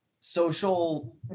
social